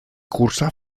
cursà